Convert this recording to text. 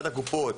מבחינת הקופות,